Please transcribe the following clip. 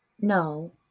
No